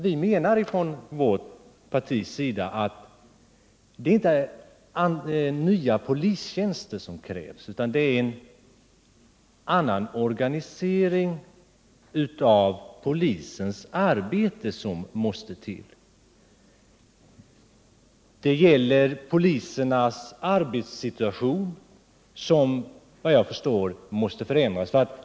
Vi i vårt parti menar att det inte krävs flera polistjänster utan en annan organisering av polisens arbete. Det gäller polisens arbetssituation, som efter vad jag förstår måste förändras.